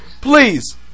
Please